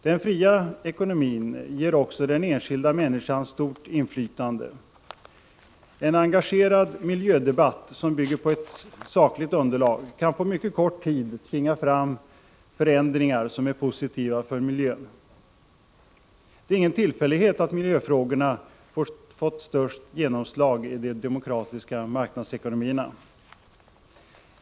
Den fria ekonomin ger också den enskilda människan stort inflytande. En engagerad miljödebatt, som bygger på ett sakligt underlag, kan på mycket kort tid tvinga fram förändringar som är positiva för miljön. Det är ingen tillfällighet att miljöfrågorna fått störst genomslag i de demokratiska marknadsekonomierna.